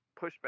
pushback